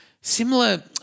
similar